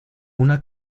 una